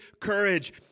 courage